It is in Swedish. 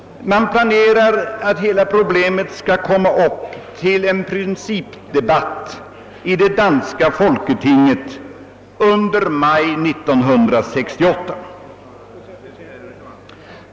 Man planerar att hela problemet skall komma upp till en principdebatt i det danska folketinget under maj 1968.